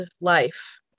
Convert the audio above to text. life